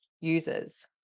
users